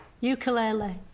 Ukulele